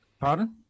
Pardon